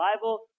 Bible